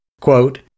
quote